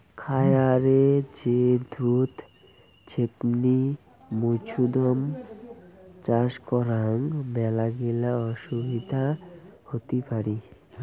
খায়ারে যে দুধ ছেপনি মৌছুদাম চাষ করাং মেলাগিলা অসুবিধা হতি পারি